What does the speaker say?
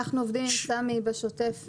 אנחנו עובדים עם סמי בשוטף.